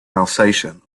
alsatian